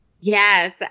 Yes